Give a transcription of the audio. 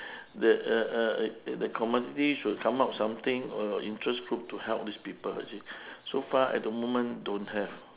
the uh uh uh the community should come up something a interest group to help these people actually so far at the moment don't have